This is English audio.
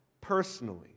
personally